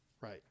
right